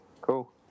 cool